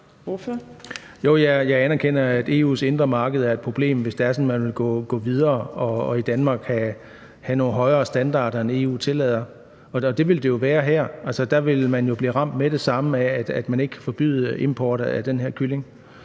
jeg anerkender, at EU's indre marked er et problem, hvis det er sådan, at man vil gå videre og have nogle højere standarder i Danmark, end EU tillader. Sådan vil det være her. Der vil man jo blive ramt med det samme af, at man ikke kan forbyde import af den her kylling.